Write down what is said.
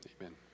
Amen